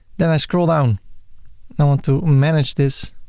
then i scroll down i want to manage this.